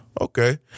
okay